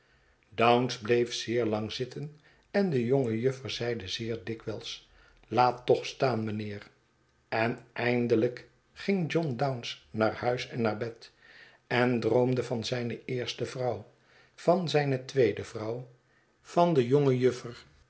bounce bleef zeer lang zitten en de jonge juffer zeide zeer dikwijls laat toch staan mijnheer i en eindelijk ging john bounce naar huis en naar bed en droomde van zijne eerste vrouw van zijne tweede vrouw van de jonge